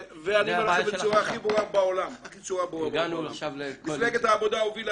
ואני אומר לכם בצורה הכי ברורה שמפלגת העבודה הובילה